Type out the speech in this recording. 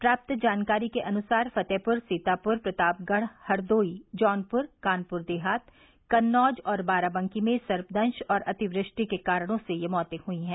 प्राप्त जानकारी के अनुसार फतेहपुर सीतापुर प्रतापगढ़ हरदोई जौनपुर कानपुर देहात कन्नौज और बाराबंकी में सर्पदंश और अति वृष्टि के कारणों से ये मौतें हुई हैं